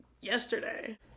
yesterday